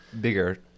bigger